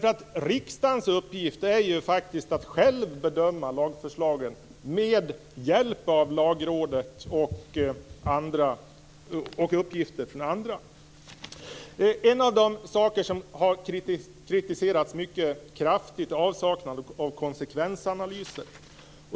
Riksdagens uppgift är ju faktiskt att själv bedöma lagförslagen med hjälp av Lagrådet och uppgifter från andra. En av de saker som har kritiserats mycket kraftigt är avsaknaden av konsekvensanalyser.